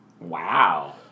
Wow